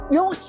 Yung